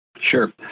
sure